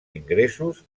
ingressos